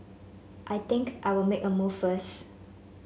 I think I'll make a move first